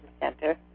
center